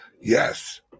Yes